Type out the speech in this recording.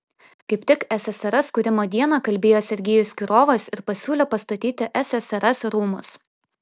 kaip tik ssrs kūrimo dieną kalbėjo sergejus kirovas ir pasiūlė pastatyti ssrs rūmus